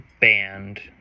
band